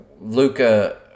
Luca